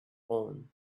own